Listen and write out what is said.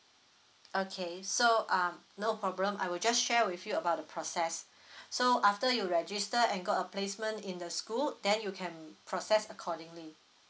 okay so uh no problem I will just share with you about the process so after you register and got a placement in the school then you can process accordingly